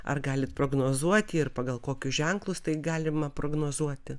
ar galit prognozuoti ir pagal kokius ženklus tai galima prognozuoti